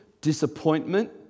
disappointment